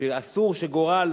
שאסור שגורל